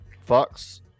Fox